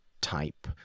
type